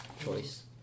Choice